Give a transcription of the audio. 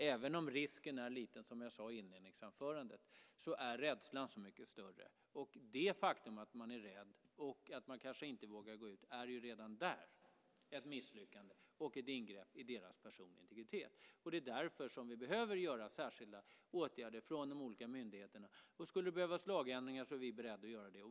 Även om risken är liten, som jag sade i svaret, är rädslan så mycket större. Redan det faktum att man är rädd och kanske inte vågar gå ut är ett misslyckande och ett ingrepp i deras personliga integritet. Det är därför som de olika myndigheterna behöver vidta särskilda åtgärder. Skulle det behövas lagändringar är vi beredda att göra det.